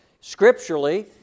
scripturally